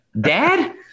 Dad